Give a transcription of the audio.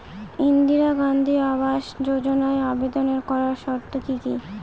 ইন্দিরা গান্ধী আবাস যোজনায় আবেদন করার শর্ত কি কি?